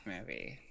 movie